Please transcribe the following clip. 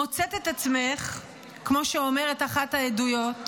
מוצאת את עצמך, כמו שאומרת אחת העדויות,